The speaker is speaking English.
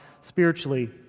spiritually